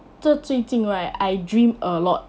这最近 right I dream a lot